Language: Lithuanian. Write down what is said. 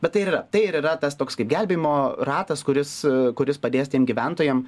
bet tai ir yra tai ir yra tas toks kaip gelbėjimo ratas kuris kuris padės tiem gyventojam